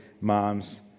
moms